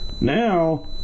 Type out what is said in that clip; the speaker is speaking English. now